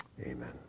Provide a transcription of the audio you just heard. Amen